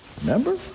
Remember